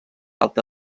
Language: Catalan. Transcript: alta